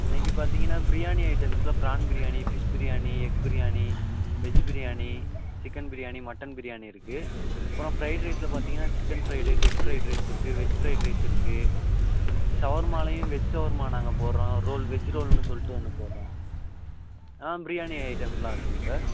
இன்னைக்கி பார்த்திங்கன்னா பிரியாணி ஐட்டம்ல prawn biryani fish biryani egg biryani veg biryani chicken biryani mutton biryani இருக்குது அப்புறம் ஃப்ரைட் ரைஸில் பார்த்திங்கன்னா chicken fried rice egg fried rice இருக்குது வெஜ் ஃப்ரைட் ரைஸ் இருக்குது ஷவர்மாலேயும் வெஜ் ஷவர்மா நாங்கள் போடுறோம் ரோல் வெஜ் ரோல்னு சொல்லிட்டு ஒன்று போடுறோம் ஆ பிரியாணி ஐட்டம்லாம் இருக்குதுங்க சார்